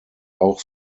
auch